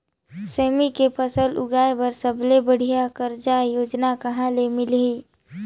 सेमी के फसल उगाई बार सबले बढ़िया कर्जा योजना कहा ले मिलही?